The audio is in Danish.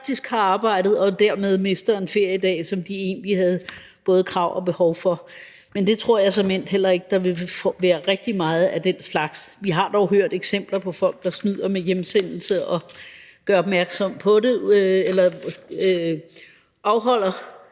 har arbejdet og dermed mister en feriedag, som de egentlig havde både krav på og behov for. Jeg tror såmænd heller ikke, der vil være særlig meget af den slags, men vi har dog hørt eksempler på folk, der snyder med hjemsendelserne, ved at de